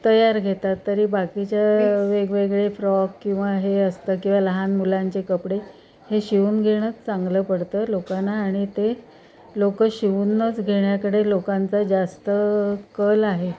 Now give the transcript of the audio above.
तयार घेतात तरी बाकीच्या वेगवेगळे फ्रॉक किंवा हे असतं किंवा लहान मुलांचे कपडे हे शिवून घेणंच चांगलं पडतं लोकांना आणि ते लोक शिवूनच घेण्याकडे लोकांचा जास्त कल आहे